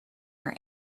your